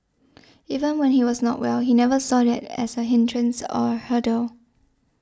even when he was not well he never saw that as a hindrance or a hurdle